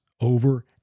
over